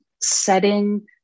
setting